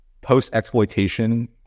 post-exploitation